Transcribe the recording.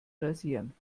rasieren